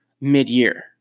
mid-year